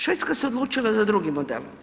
Švedska se odlučila za drugi model.